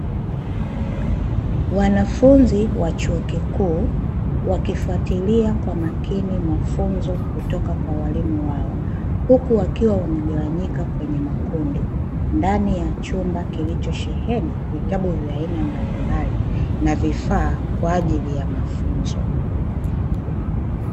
Wanafunzi wa chuo kikuu, wakifuatilia kwa makini mafunzo kutoka kwa waalimu wao, huku wakiwa wamegawanyika kwenye makundi, ndani ya chumba kilicho sheheni vitabu vya aina mbalimbali na vifaa kwa ajili ya mafunzo.